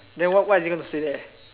then what what is it going to say there